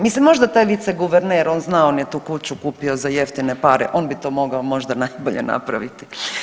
Mislim možda taj viceguverner, on zna, on je tu kuću kupio za jeftine pare, on bi to mogao možda najbolje napraviti.